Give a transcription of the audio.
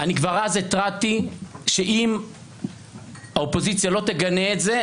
כבר אז התרעתי שאם האופוזיציה לא תגנה את זה,